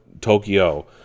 Tokyo